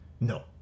No